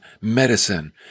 medicine